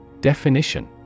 Definition